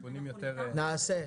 נעשה.